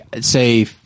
say